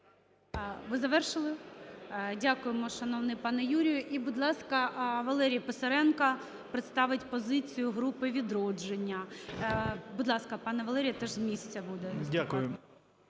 Ви завершили? Дякуємо, шановний пане Юрію. І, будь ласка, Валерій Писаренко представить позицію групи "Відродження". Будь ласка, пане Валерію. Теж з місця буде